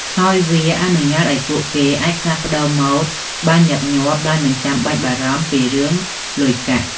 ហើយវាអនុញ្ញាតឱ្យពួកគេអាចផ្លាស់ប្ដូរម៉ូដបានញឹកញាប់ដោយមិនចាំបាច់បារម្ភពីរឿងលុយកាក់។